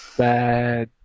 bad